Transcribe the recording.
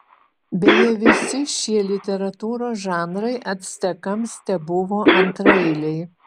beje visi šie literatūros žanrai actekams tebuvo antraeiliai